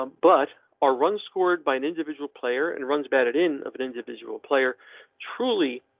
um but our run scored by an individual player and runs batted in of an individual player truly.